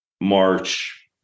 March